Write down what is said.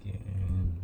can